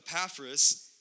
Epaphras